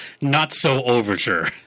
not-so-overture